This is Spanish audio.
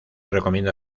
recomienda